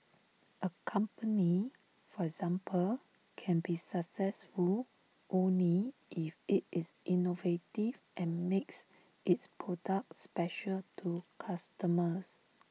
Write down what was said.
A company for example can be successful only if IT is innovative and makes its products special to customers